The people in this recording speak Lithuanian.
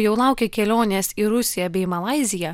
jau laukė kelionės į rusiją bei malaiziją